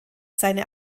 seine